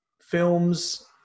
films